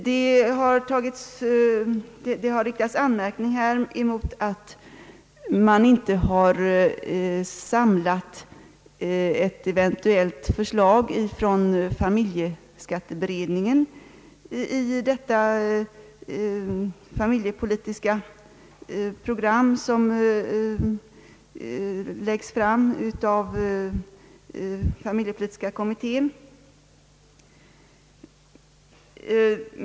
Det har här riktats anmärkning mot att man inte har samlat ett eventuellt förslag från familjeskatteberedningen i det familjepolitiska program som läggs fram av familjepolitiska kommittén.